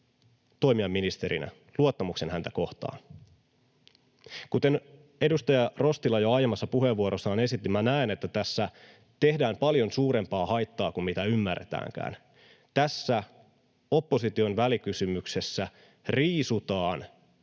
toimia ministerinä, luottamuksen häntä kohtaan? Kuten edustaja Rostila jo aiemmassa puheenvuorossaan esitti, minä näen, että tässä tehdään paljon suurempaa haittaa kuin mitä ymmärretäänkään. Tässä opposition välikysymyksessä riisutaan